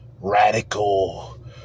radical